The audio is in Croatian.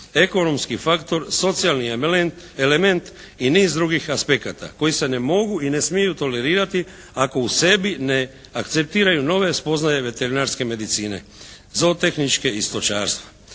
ekonomski faktor, socijalni element i niz drugih aspekata koji se ne mogu i ne smiju tolerirati ako u sebi ne akceptiraju nove spoznaje veterinarske medicine ZOO tehničke i stočarstva.